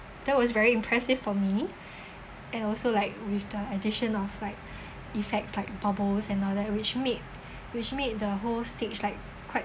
that was very impressive for me and also like with the addition of like effects like bubbles and all that which made which made the whole stage like quite